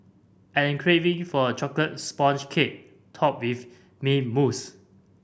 I am craving for a chocolate sponge cake topped with mint mousse